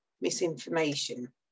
misinformation